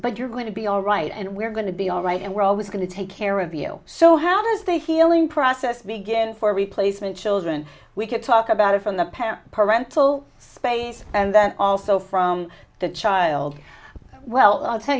but you're going to be all right and we're going to be all right and we're always going to take care of you so how does the healing process begin for replacement children we could talk about it from the parent parental space and then also from the child well i'll tell